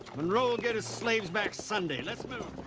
monroe will get his slaves back sunday. let's move.